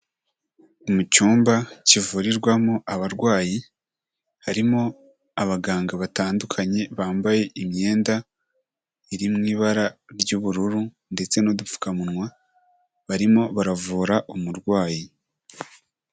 Mu cyumba kivurirwamo abarwayi, harimo abaganga batandukanye bambaye imyenda, iri mu ibara ry'ubururu, ndetse n'udupfukamunwa barimo baravura umurwayi.